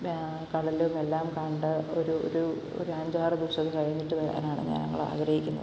കടലുമെല്ലാം കണ്ട് ഒരു ഒരു ഒരഞ്ചാറു ദിവസം കഴിഞ്ഞിട്ട് വരാനാണ് ഞങ്ങൾ ആഗ്രഹിക്കുന്നത്